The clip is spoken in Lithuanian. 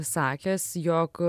sakęs jog